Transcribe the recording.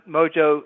Mojo